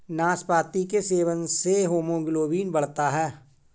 नाशपाती के सेवन से हीमोग्लोबिन बढ़ता है